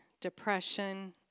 depression